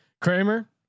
Kramer